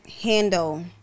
handle